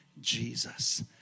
jesus